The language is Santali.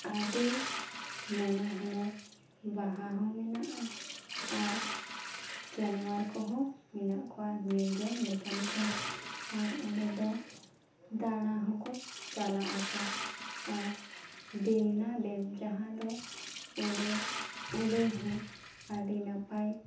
ᱟᱹᱰᱤ ᱱᱟᱱᱟᱦᱩᱱᱟᱹᱨ ᱵᱟᱦᱟ ᱦᱚᱸ ᱢᱮᱱᱟᱜᱼᱟ ᱟᱨ ᱡᱟᱱᱣᱟᱨ ᱠᱚᱦᱚᱸ ᱢᱮᱱᱟᱜ ᱠᱚᱣᱟ ᱧᱮᱞᱡᱚᱝ ᱞᱮᱠᱟᱱ ᱠᱚ ᱟᱨ ᱚᱸᱰᱮ ᱫᱚ ᱫᱟᱬᱟ ᱦᱚᱸᱠᱚ ᱪᱟᱞᱟᱜ ᱟᱠᱚ ᱟᱨ ᱰᱤᱢᱱᱟ ᱰᱮᱢ ᱡᱟᱦᱟᱸ ᱫᱚ ᱚᱸᱰᱮ ᱚᱸᱰᱮᱦᱚᱸ ᱟᱹᱰᱤ ᱱᱟᱯᱟᱭ